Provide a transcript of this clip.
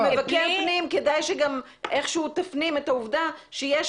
כמבקר פנים כדאי שגם איכשהו תפנים את העובדה שיש